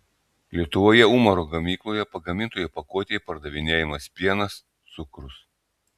lietuvoje umaro gamykloje pagamintoje pakuotėje pardavinėjamas pienas cukrus